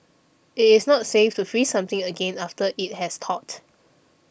it is not safe to freeze something again after it has thawed